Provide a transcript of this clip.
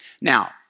Now